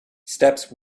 steps